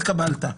התקבלה.